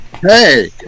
Hey